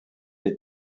les